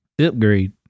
upgrade